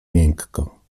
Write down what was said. miękko